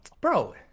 bro